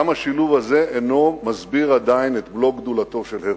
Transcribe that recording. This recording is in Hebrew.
גם השילוב הזה אינו מסביר עדיין את מלוא גדולתו של הרצל.